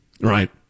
Right